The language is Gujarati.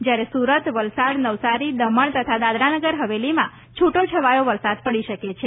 જ્યારે સુરત વલસાડ નવસારી દમણ તથા દાદરાનગર હવેલીમાં છૂટોછવાયો વરસાદ પડી શકે છે